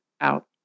out